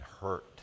hurt